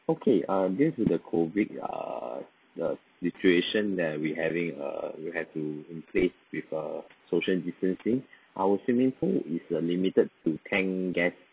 okay uh this is a COVID err uh situation that we having a we'll have to in place with a social distancing our swimming pool is a limited to ten guest